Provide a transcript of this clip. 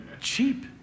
cheap